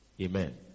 Amen